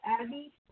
Abby